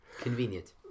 convenient